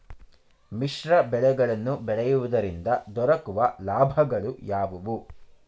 ಮಿಶ್ರ ಬೆಳೆಗಳನ್ನು ಬೆಳೆಯುವುದರಿಂದ ದೊರಕುವ ಲಾಭಗಳು ಯಾವುವು?